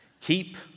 Keep